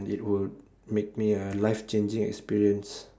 it would make me a life changing experience